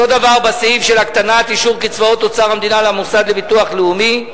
אותו הדבר בסעיף של אישור הקטנת הקצבות אוצר המדינה למוסד לביטוח לאומי.